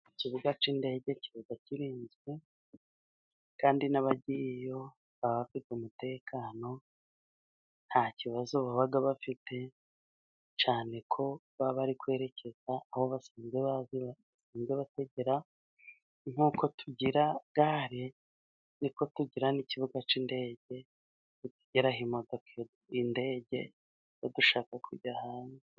Ikibuga k'indege kiba kirinzwe, kandi n'abagiyeyo baba bafite umutekano. Nta kibazo baba bafite, cyane ko baba bari kwerekeza aho basanzwe bazi, basanzwe bategera. Nk'uko tugira gare, ni ko tugira n'ikibuga k'indege dutegeraho indege iyo dushaka kujya hanze.